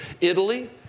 Italy